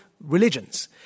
religions